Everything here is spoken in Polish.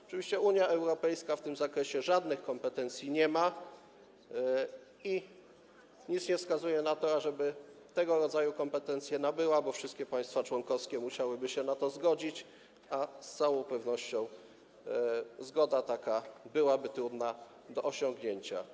Oczywiście Unia Europejska w tym zakresie żadnych kompetencji nie ma i nic nie wskazuje na to, ażeby tego rodzaju kompetencje nabyła, bo wszystkie państwa członkowskie musiałyby się na to zgodzić, a z całą pewnością zgoda taka byłaby trudna do osiągnięcia.